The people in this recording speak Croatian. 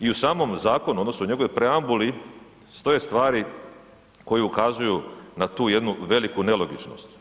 I u samom zakonu odnosno u njegovoj preambuli stoje stvari koje ukazuju na tu jednu veliku nelogičnost.